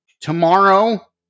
tomorrow